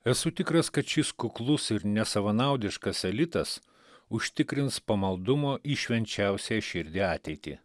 esu tikras kad šis kuklus ir nesavanaudiškas elitas užtikrins pamaldumo į švenčiausiąją širdį ateitį